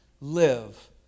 live